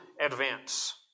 advance